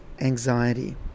anxiety